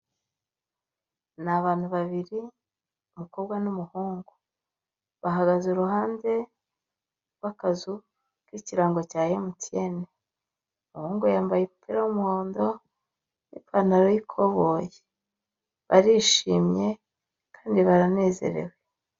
Ni abantu babiri, umukobwa n'umuhungu. Bahagaze iruhande rw'akazu k'ikirango cya MTN. Umuhungu yambaye umupira w'umuhondo n'ipantaro y'ikoboyi. Barishimye kandi baranezerewe.